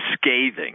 scathing